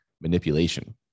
manipulation